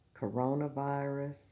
coronavirus